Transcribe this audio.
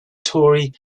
tory